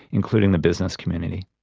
including the business community.